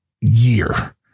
year